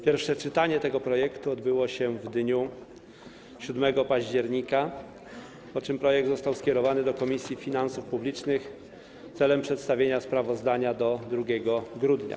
Pierwsze czytanie tego projektu odbyło się w dniu 7 października, po czym projekt został skierowany do Komisji Finansów Publicznych celem przedstawienia sprawozdania do 2 grudnia.